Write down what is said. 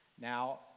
now